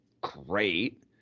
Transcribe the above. great